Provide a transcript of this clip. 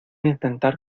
intentar